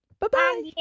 Bye-bye